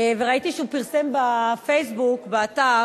ראיתי שהוא פרסם ב"פייסבוק", באתר,